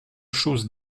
chose